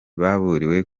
baburiwe